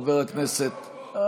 לא, הוא פה, הוא פה.